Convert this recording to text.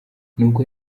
nubwo